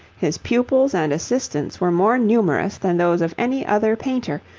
his pupils and assistants were more numerous than those of any other painter,